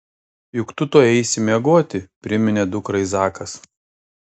juk tu tuoj eisi miegoti priminė dukrai zakas